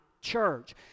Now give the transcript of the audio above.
church